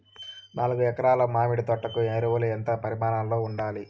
నాలుగు ఎకరా ల మామిడి తోట కు ఎరువులు ఎంత పరిమాణం లో ఉండాలి?